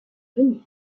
prévenir